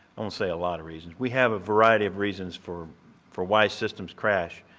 i won't say a lot of reasons. we have a variety of reasons for for why systems crash.